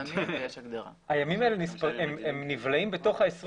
הימים האלה נבלעים בתוך ה-21.